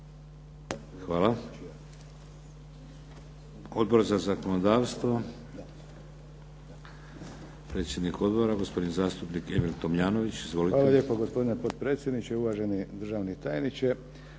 Hvala. Odbor za zakonodavstvo, predsjednik Odbora gospodin zastupnik Emil Tomljanović. Izvolite. **Tomljanović, Emil (HDZ)** Hvala lijepa, gospodine potpredsjedniče. Uvaženi državni tajniče.